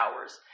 hours